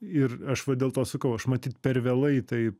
ir aš va dėl to sakau aš matyt per vėlai į tai